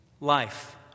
Life